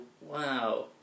wow